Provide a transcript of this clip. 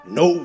no